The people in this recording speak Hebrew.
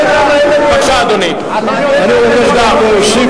אדוני היושב-ראש,